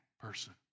person